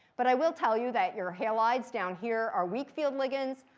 but i will tell you that your halides down here are weak field ligands.